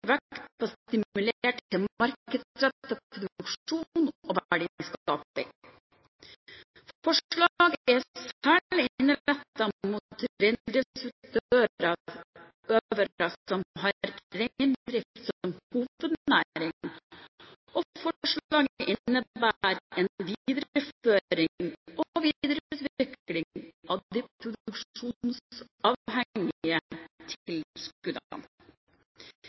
vekt på å stimulere til markedsrettet produksjon og verdiskaping. Forslaget er særlig innrettet mot reindriftsutøvere som har reindrift som hovednæring, og forslaget innebærer en videreføring og videreutvikling av de